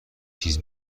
تیز